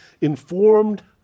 informed